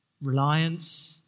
reliance